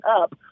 up